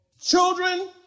Children